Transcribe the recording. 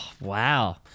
Wow